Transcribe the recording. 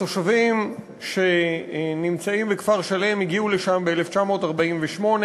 התושבים בכפר-שלם הגיעו לשם ב-1948.